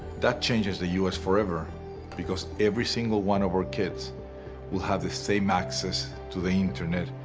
that changes the us forever because every single one of our kids will have the same access to the internet.